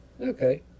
Okay